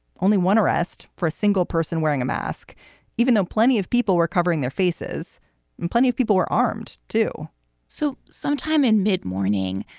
only one arrest for a single person wearing a mask, even though plenty of people were covering their faces and plenty of people were armed, too so sometime in mid morning,